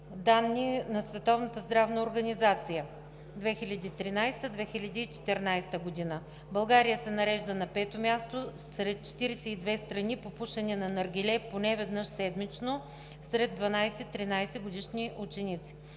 организация 2013 – 2014 г. България се нарежда на пето място сред 42 страни по пушене на наргиле поне веднъж седмично сред 11 – 13-годишни ученици,